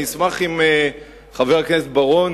אני אשמח אם חבר הכנסת בר-און,